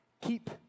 Keep